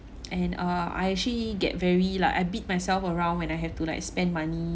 and uh I actually get very like I beat myself around when I have to like spend money